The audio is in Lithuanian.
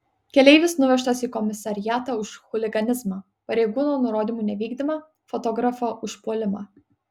keleivis nuvežtas į komisariatą už chuliganizmą pareigūno nurodymų nevykdymą fotografo užpuolimą